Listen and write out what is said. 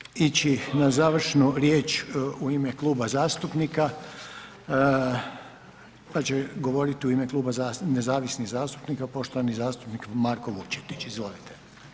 Sad ćemo ići na završnu riječ u ime Kluba zastupnika, sad će govorit u ime Kluba nezavisnih zastupnika poštovani zastupnik Marko Vučetić, izvolite.